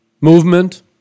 movement